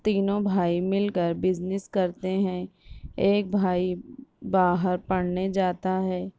تینوں بھائی مل کر بزنس کرتے ہیں ایک بھائی باہر پڑھنے جاتا ہے